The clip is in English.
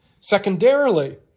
Secondarily